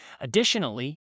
Additionally